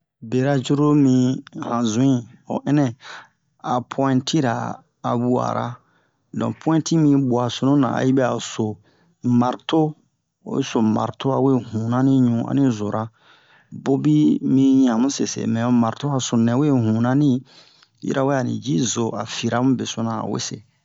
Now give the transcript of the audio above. Bera cruru mi han zu'i ho ɛnɛ a'a pu'intira a ba'ara donk pu'inti yi bwa sununa a yibɛ a o so marto oyi so marto a we huna ni ɲu ani zora bobi mi ɲamu sese mɛ ho marto a sununɛ we huna ni yirawe a ni ji zo a fira mu beso na a wese